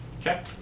Okay